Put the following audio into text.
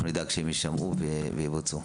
ידאגו שדבריך יישמעו ויבוצעו.